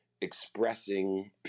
expressing